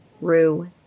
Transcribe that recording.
Rue